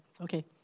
Okay